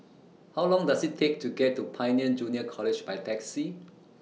How Long Does IT Take to get to Pioneer Junior College By Taxi